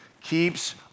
keeps